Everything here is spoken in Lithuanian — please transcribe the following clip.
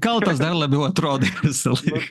kaltas dar labiau atrodai visąlaik